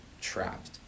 trapped